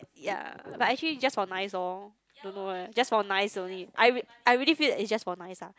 ya but actually just for nice loh don't know eh just for nice only I I really feel that it's just for nice la